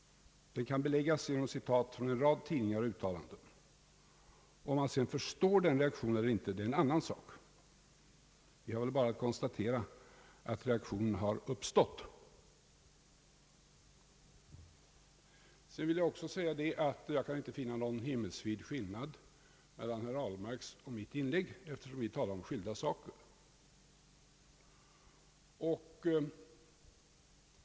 Den kan beläggas genom citat från en rad tidningar och uttalanden. Om man sedan förstår den reaktionen eller inte, det är en annan sak. Jag vill bara konstatera att reaktionen har uppstått. Sedan vill jag också säga att jag inte kan finna någon himmelsvid skillnad mellan herr Ahlmarks och mitt inlägg eftersom vi talar om skilda saker.